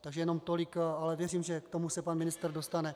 Takže jenom tolik, ale věřím, že k tomu se pan ministr dostane.